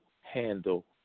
handle